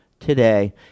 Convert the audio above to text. today